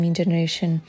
generation